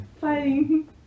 Fighting